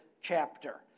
chapter